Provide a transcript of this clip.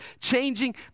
changing